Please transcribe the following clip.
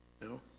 No